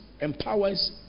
empowers